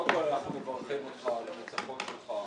קודם כל, אנחנו מברכים אותך על הניצחון שלך.